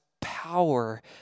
power